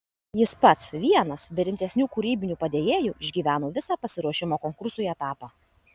jis pats vienas be rimtesnių kūrybinių padėjėjų išgyveno visą pasiruošimo konkursui etapą